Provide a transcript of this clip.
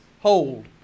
hold